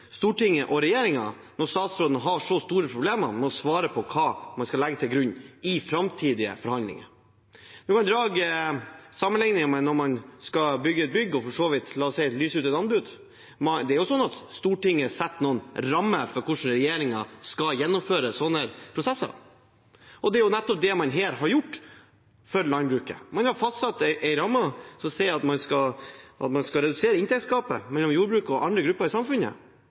Stortinget og regjeringen når statsråden har så store problemer med å svare på hva man skal legge til grunn i framtidige forhandlinger. Man kan dra sammenligningen med når man skal bygge et bygg og for så vidt – la oss si – lyse ut et anbud. Det er sånn at Stortinget setter noen rammer for hvordan regjeringen skal gjennomføre sånne prosesser, og det er jo nettopp det man her har gjort for landbruket. Man har fastsatt en ramme som sier at man skal redusere inntektsgapet mellom jordbruket og andre grupper i samfunnet,